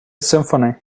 symphony